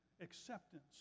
acceptance